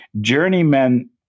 journeyman